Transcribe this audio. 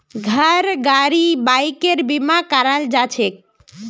घर गाड़ी बाइकेर बीमा कराल जाछेक